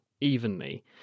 evenly